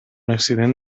accident